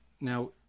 now